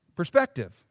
perspective